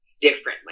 differently